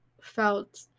felt